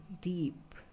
Deep